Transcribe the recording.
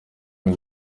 uyu